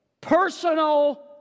personal